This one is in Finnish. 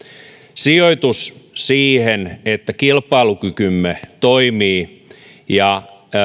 sijoitus siihen että kilpailukykymme toimii ja